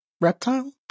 reptile